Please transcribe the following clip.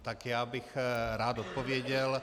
Tak bych rád odpověděl.